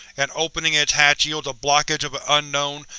and opening its hatch yields a blockage of an unknown,